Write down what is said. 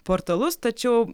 portalus tačiau